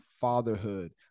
fatherhood